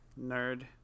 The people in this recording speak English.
nerd